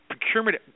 procurement